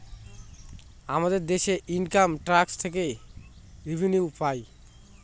আমাদের দেশে income tax থেকে রেভিনিউ পাই